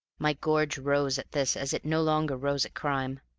my gorge rose at this as it no longer rose at crime,